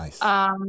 nice